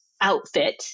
outfit